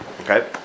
okay